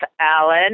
Alan